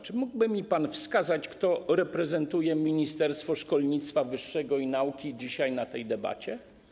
Czy mógłby mi pan wskazać, kto reprezentuje ministerstwo szkolnictwa wyższego i nauki dzisiaj na tej debacie?